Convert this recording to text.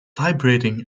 vibrating